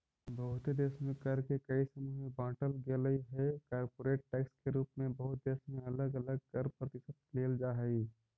बहुते देश में कर के कई समूह में बांटल गेलइ हे कॉरपोरेट टैक्स के रूप में बहुत देश में अलग अलग कर प्रतिशत लेल जा हई